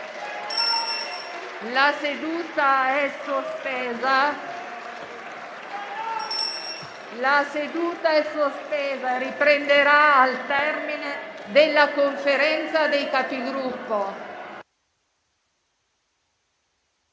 la seduta che riprenderà al termine della Conferenza dei Capigruppo.